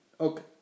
Okay